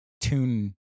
tune